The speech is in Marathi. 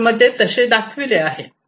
फिगर मध्ये तसे दाखविले आहे